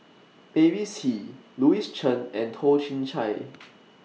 Mavis Hee Louis Chen and Toh Chin Chye